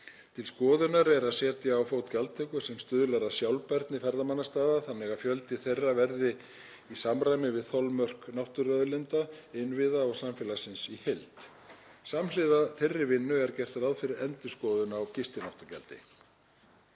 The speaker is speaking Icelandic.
Til skoðunar er að setja á fót gjaldtöku sem stuðlar að sjálfbærni ferðamannastaða þannig að fjöldi þeirra verði í samræmi við þolmörk náttúruauðlinda, innviða og samfélagsins í heild. Samhliða þeirri vinnu er gert ráð fyrir endurskoðun á gistináttagjaldi.